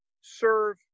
serve